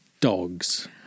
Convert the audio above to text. Dogs